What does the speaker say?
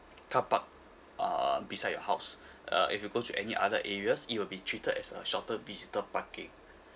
car park uh beside your house uh if you go to any other areas it will be treated as a short term visitor parking